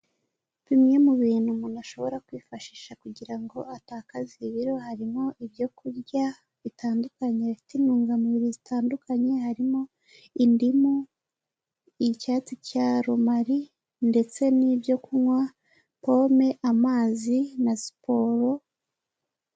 Bimwe mu bintu umuntu ashobora kwifashisha kugira ngo atakaze ibiro harimo ibyo kurya bitandukanye, bifite intungamubiri zitandukanye, harimo indimu, icyatsi cya rumari ndetse n'ibyo kunywa, pome, amazi na siporo